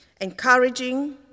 encouraging